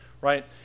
right